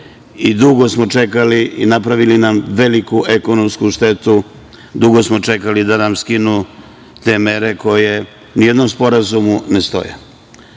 Dugo smo čekali i napravili nam veliku ekonomsku štetu. Dugo smo čekali da nam skinu te mere, koje ni u jednom sporazumu ne